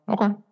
okay